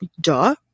duh